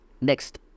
Next